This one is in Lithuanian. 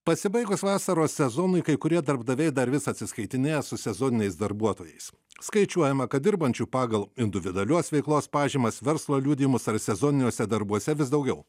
pasibaigus vasaros sezonui kai kurie darbdaviai dar vis atsiskaitinėja su sezoniniais darbuotojais skaičiuojama kad dirbančių pagal individualios veiklos pažymas verslo liudijimus ar sezoniniuose darbuose vis daugiau